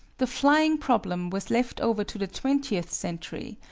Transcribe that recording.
the flying problem was left over to the twentieth century,